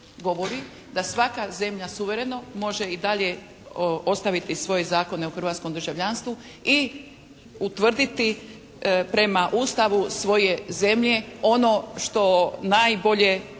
govori da svaka zemlja suvereno može i dalje ostaviti svoje zakone o hrvatskom državljanstvu i utvrditi prema Ustavu svoje zemlje ono što najbolje,